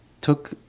took